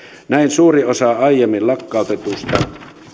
näin suuri osa aiemmin lakkautetuista